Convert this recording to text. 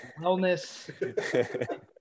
wellness